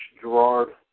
Gerard